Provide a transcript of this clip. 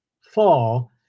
fall